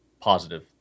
positive